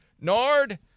Nard